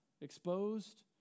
exposed